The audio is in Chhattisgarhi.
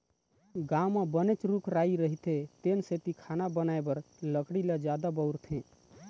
गाँव म बनेच रूख राई रहिथे तेन सेती खाना बनाए बर लकड़ी ल जादा बउरथे